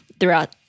throughout